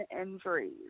injuries